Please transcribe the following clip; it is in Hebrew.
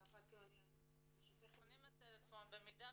הם פונים בטלפון, במידה